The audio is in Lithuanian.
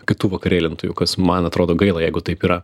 kitų vakarėlintojų kas man atrodo gaila jeigu taip yra